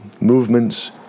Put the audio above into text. movements